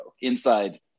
inside